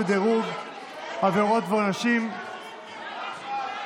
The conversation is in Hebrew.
מדרוג עבירות ועונשים בסם קנבוס).